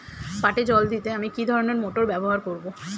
পাটে জল দিতে আমি কি ধরনের মোটর ব্যবহার করব?